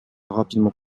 rapidement